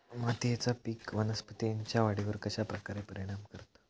मातीएचा पोत वनस्पतींएच्या वाढीवर कश्या प्रकारे परिणाम करता?